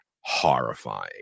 horrifying